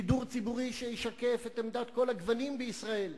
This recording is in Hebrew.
שידור ציבורי שישקף את עמדות כל הגוונים בישראל.